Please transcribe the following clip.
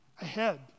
ahead